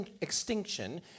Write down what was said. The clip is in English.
extinction